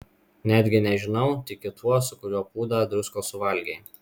netgi nežinau tiki tuo su kuriuo pūdą druskos suvalgei